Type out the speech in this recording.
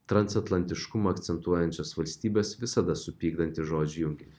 transatlantiškumą akcentuojančias valstybes visada supykdantį žodžių junginį